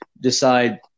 decide